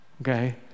okay